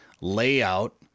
layout